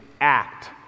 act